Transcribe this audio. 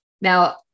Now